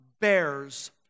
bears